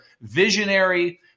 visionary